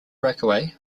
breakaway